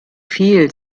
viel